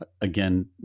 again